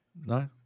No